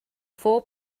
four